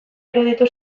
iruditu